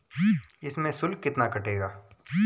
इसमें शुल्क कितना कटेगा?